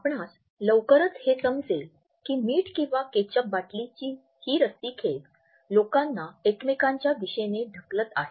आपणास लवकरच हे समजले की मीठ किंवा केचप बाटलीची हि रस्सीखेच लोकांना एकमेकांच्या दिशेने ढकलत आहे